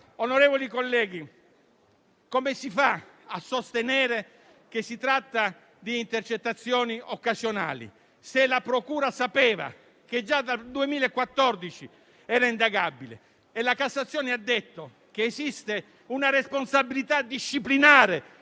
Onorevoli colleghi, allora come si fa a sostenere che si tratta di intercettazioni occasionali, se la procura sapeva che già dal 2014 era indagabile? La Cassazione ha detto che esiste una responsabilità disciplinare